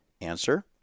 Answer